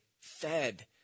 fed